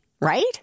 right